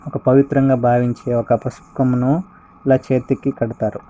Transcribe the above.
ఒక పవిత్రంగా భావించే ఒక పసుపు కొమ్మును ఇలా చేతికి కడతారు